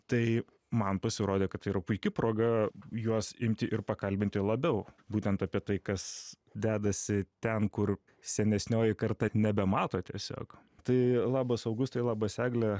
tai man pasirodė kad yra puiki proga juos imti ir pakalbinti labiau būtent apie tai kas dedasi ten kur senesnioji karta nebemato tiesiog tai labas augustai labas egle